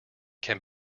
can